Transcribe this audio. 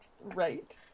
Right